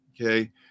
okay